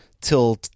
till